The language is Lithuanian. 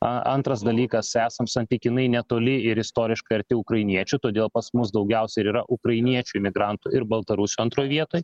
antras dalykas esam santykinai netoli ir istoriškai arti ukrainiečių todėl pas mus daugiausia ir yra ukrainiečių imigrantų ir baltarusių antroj vietoj